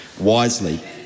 wisely